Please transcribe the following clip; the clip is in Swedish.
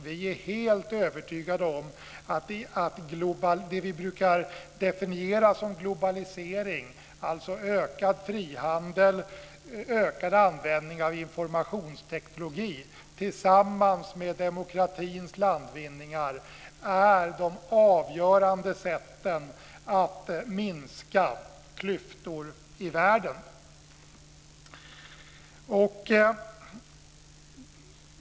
Vi är helt övertygade om att det vi brukar definiera som globalisering, dvs. ökad frihandel och ökad användning av informationsteknik, tillsammans med demokratins landvinningar är de avgörande sätten att minska klyftor i världen.